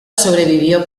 sobrevivió